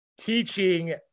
teaching